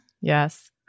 Yes